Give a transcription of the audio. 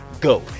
Go